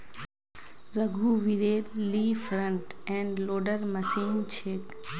रघुवीरेल ली front end loader machine छेक